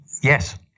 Yes